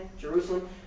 Jerusalem